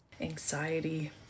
Anxiety